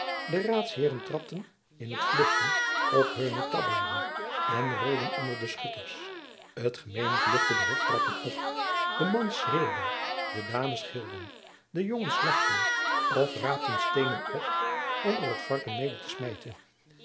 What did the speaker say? de raadsheeren trapten in t vluchten op hunne tabbaarden en rolden onder de schutters t gemeen vluchtte de hoftrappen op de mans schreeuwden de dames gilden de jongens lagchten of raapten steenen op om er het varken mede te smijten